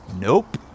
Nope